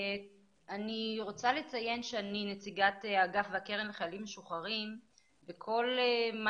אני רוצה לציין שאני נציגת האגף והקרן לחיילים משוחררים וכל מה